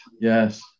yes